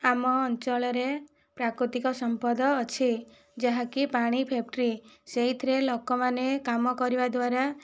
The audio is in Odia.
ଆମ ଅଞ୍ଚଳରେ ପ୍ରାକୃତିକ ସମ୍ପଦ ଅଛି ଯାହାକି ପାଣି ଫ୍ୟାକ୍ଟ୍ରି ସେହିଥିରେ ଲୋକମାନେ କାମ କରିବା ଦ୍ୱାରା